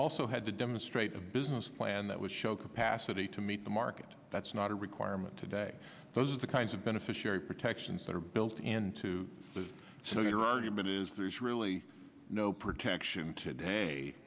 also had to demonstrate a business plan that would show capacity to meet the market that's not a requirement today those are the kinds of beneficiary protections that are built into the so your argument is there's really no protection today